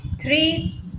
three